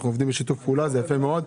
אנחנו עובדים בשיתוף פעולה וזה יפה מאוד.